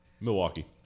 Milwaukee